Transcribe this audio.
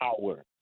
power